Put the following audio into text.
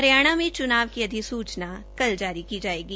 हरियाणा में चूनाव की अधिसूचना कल जारी की जायेगी